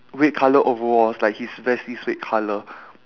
red colour overalls like his vest is red colour